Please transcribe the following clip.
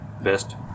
Best